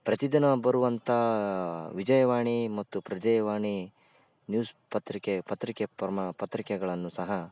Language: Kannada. ಪ್ರತಿದಿನ ಬರುವಂಥ ವಿಜಯವಾಣಿ ಮತ್ತು ಪ್ರಜೆಯವಾಣಿ ನ್ಯೂಸ್ ಪತ್ರಿಕೆ ಪತ್ರಿಕೆ ಪರ್ಮ ಪತ್ರಿಕೆಗಳನ್ನು ಸಹ